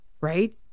right